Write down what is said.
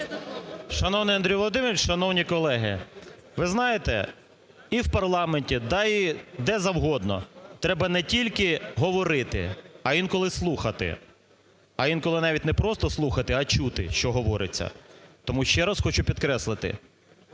Шановний Андрій Володимирович, шановні колеги! Ви знаєте, і в парламенті, да і де завгодно, треба не тільки говорити, а інколи слухати. А інколи навіть не просто слухати, а чути що говориться. Тому ще раз хочу підкреслити,